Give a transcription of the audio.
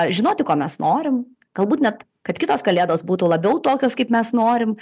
žinoti ko mes norim galbūt net kad kitos kalėdos būtų labiau tokios kaip mes norim